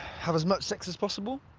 have as much sex as possible.